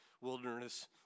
wilderness